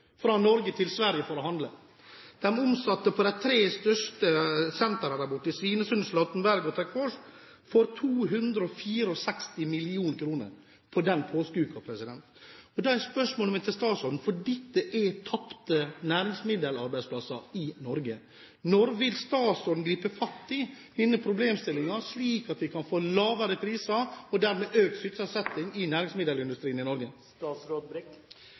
fra Norge for å handle i Sverige. De tre største sentrene der, i Svinesund, i Charlottenberg og i Töcksfors, omsatte for 264 mill. kr i den påskeuka. Dette er tapte næringsmiddelarbeidsplasser i Norge. Da er spørsmålet mitt til statsråden: Når vil statsråden gripe fatt i denne problemstillingen, slik at vi kan få lavere priser og dermed økt sysselsetting i næringsmiddelindustrien i Norge?